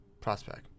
prospect